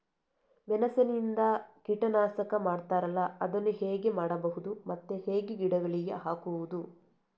ಮೆಣಸಿನಿಂದ ಕೀಟನಾಶಕ ಮಾಡ್ತಾರಲ್ಲ, ಅದನ್ನು ಹೇಗೆ ಮಾಡಬಹುದು ಮತ್ತೆ ಹೇಗೆ ಗಿಡಗಳಿಗೆ ಹಾಕುವುದು?